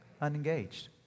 unengaged